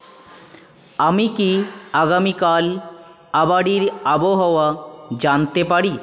আমি কি আগামীকাল আবাড়ির আবহাওয়া জানতে পারি